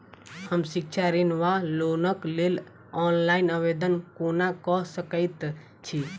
हम शिक्षा ऋण वा लोनक लेल ऑनलाइन आवेदन कोना कऽ सकैत छी?